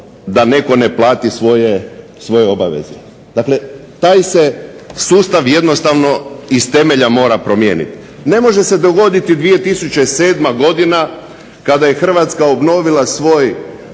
da netko ne plati svoje obaveze. Dakle, taj se sustav jednostavno iz temelja mora promijeniti. Ne može se dogoditi 2007. godina kada je Hrvatska obnovila svoj